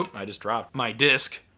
i just dropped my disc.